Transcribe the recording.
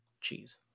cheese